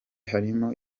harimo